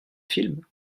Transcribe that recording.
film